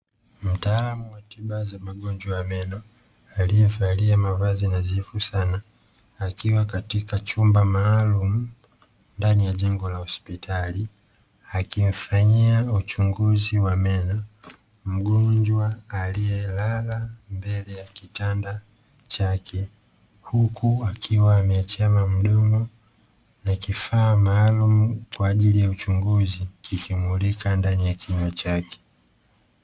Mtaalamu wa tiba za magonjwa ya meno, aliyevalia mavazi nadhifu Sana, akiwa katika chumba maalumu ndani ya jengo la hospitali, akimfanyia uchunguzi wa meno mgonjwa aliyelala mbele ya kitanda chake, huku akiwa ameachama mdomo, na kifaa maalumu kwa ajili ya uchunguzi, kikimulika ndani ya kinywa chake.